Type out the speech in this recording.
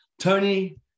Tony